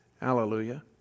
Hallelujah